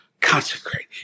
Consecrate